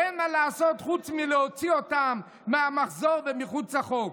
ואין מה לעשות חוץ מלהוציא אותם מהמחזור ומחוץ לחוק.